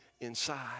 inside